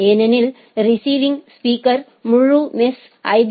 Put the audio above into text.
ஏனெனில் receiving speaker முழு mesh ஐ